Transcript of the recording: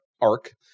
arc